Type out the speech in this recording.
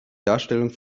darstellung